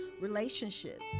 Relationships